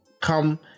come